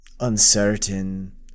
uncertain